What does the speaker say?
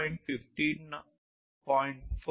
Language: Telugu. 15